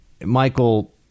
Michael